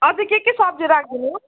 अझै के के सब्जी राखिदिनु